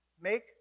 Make